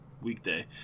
weekday